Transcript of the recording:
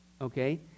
okay